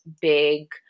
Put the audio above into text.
big